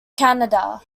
kannada